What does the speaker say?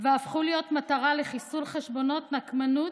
והפכו להיות מטרה לחיסול חשבונות, נקמנות,